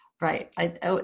Right